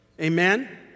Amen